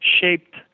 shaped